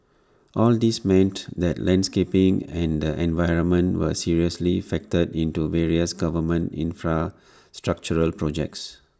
all these meant that landscaping and the environment were seriously factored into various government infrastructural projects